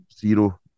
zero